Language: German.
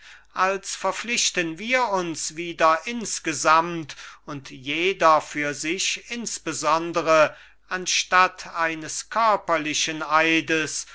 als verpflichten wir uns wieder insgesamt und jeder für sich insbesondere anstatt eines körperlichen eides